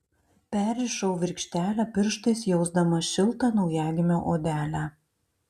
perrišau virkštelę pirštais jausdama šiltą naujagimio odelę